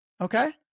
Okay